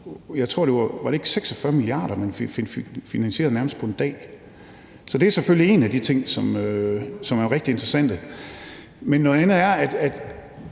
og var det ikke 46 mia. kr., man fik finansieret nærmest på en dag? Så det er selvfølgelig en af de ting, som jo er rigtig interessante. Men noget andet er, at